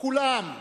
כולם,